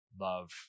love